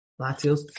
Latios